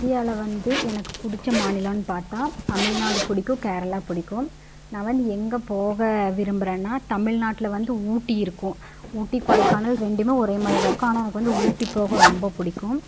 இந்தியாவில வந்து எனக்கு பிடிச்ச மாநிலம்னு பார்த்தா தமிழ்நாடு பிடிக்கும் கேரளா பிடிக்கும் நான் வந்து எங்கே போக விரும்புகிறேன்னா தமிழ்நாட்டில வந்து ஊட்டி இருக்கும் ஊட்டி கொடைக்கானல் ரெண்டுமே ஒரேமாதிரி தான் இருக்கும் ஆனால் எனக்கு வந்து ஊட்டி போக ரொம்ப பிடிக்கும்